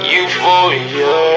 Euphoria